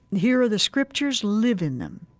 here are the scriptures, live in them.